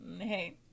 Hey